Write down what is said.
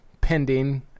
pending